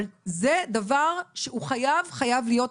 אבל זה דבר שהוא חייב חייב להיות,